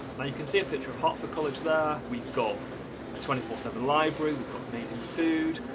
now you can see a picture of hertford college there we've got a twenty four seven library, we've got amazing food,